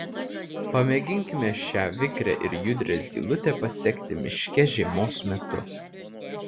pamėginkime šią vikrią ir judrią zylutę pasekti miške žiemos metu